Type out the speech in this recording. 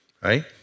right